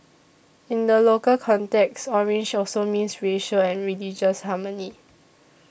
in the local context orange also means racial and religious harmony